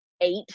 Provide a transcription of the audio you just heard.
eight